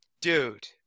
Dude